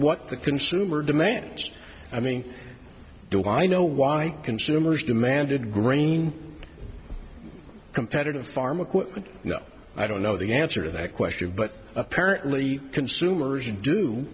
what the consumer demands i mean do i know why consumers demanded grain competitive farm equipment you know i don't know the answer to that question but apparently consumers d